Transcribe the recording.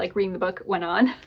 like reading the book went on.